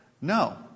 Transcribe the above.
no